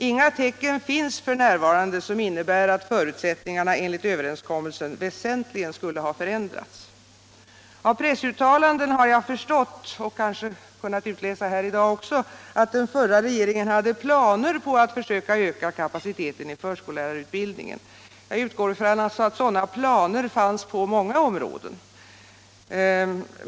Inga tecken finns f. n. som innebär att förut Av pressuttalanden har jag förstått, och kanske kunnat utläsa här i dag också, att den förra regeringen hade planer på att försöka öka kapaciteten i förskollärarutbildningen. Jag utgår ifrån att det fanns planer på många områden.